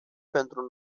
pentru